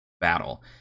battle